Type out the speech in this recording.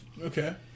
Okay